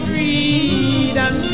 Freedom